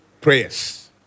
prayers